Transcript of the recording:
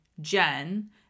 Jen